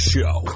Show